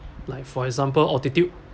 like for example altitude